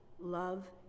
love